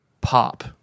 pop